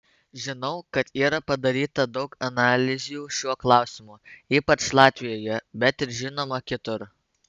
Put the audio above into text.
žinau kad yra padaryta daug analizių šiuo klausimu ypač latvijoje bet ir žinoma kitur